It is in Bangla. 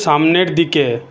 সামনের দিকে